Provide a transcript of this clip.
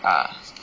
ah